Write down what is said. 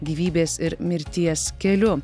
gyvybės ir mirties keliu